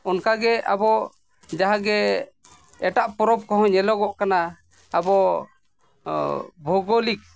ᱚᱱᱠᱟᱜᱮ ᱟᱵᱚ ᱡᱟᱦᱟᱸᱜᱮ ᱮᱴᱟᱜ ᱯᱚᱨᱚᱵᱽ ᱠᱚᱦᱚᱸ ᱧᱮᱞᱚᱜᱚᱜ ᱠᱟᱱᱟ ᱟᱵᱚ ᱵᱷᱳᱜᱳᱞᱤᱠ